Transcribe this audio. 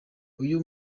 uyu